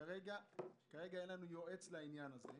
כרגע אין לנו יועץ לעניין הזה.